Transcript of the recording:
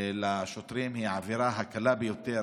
לשוטרים היא העבירה הקלה ביותר